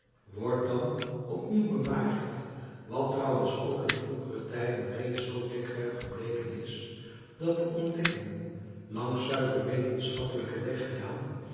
wordt dan op nieuw bewaarheid wat trouwens ook in vroegere tijden reeds zoo dikwerf gebleken is dat de ontdekkingen langs zuiver wetenschappelijken